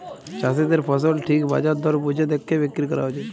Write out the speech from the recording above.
চাষীদের ফসল ঠিক বাজার দর বুঝে দ্যাখে বিক্রি ক্যরা উচিত